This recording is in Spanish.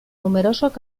numerosos